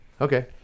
okay